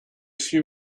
suis